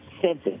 sentence